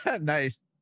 nice